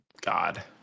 God